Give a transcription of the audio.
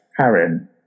Karen